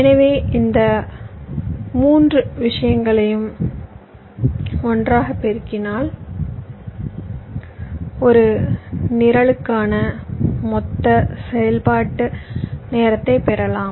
எனவே இந்த மூன்று விஷயங்களையும் ஒன்றாகப் பெருக்கினால் ஒரு நிரலுக்கான மொத்த செயல்பாட்டு நேரத்தைப் பெறலாம்